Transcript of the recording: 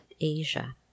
asia